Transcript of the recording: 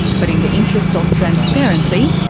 but in the interests of transparency,